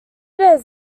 days